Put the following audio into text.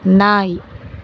நாய்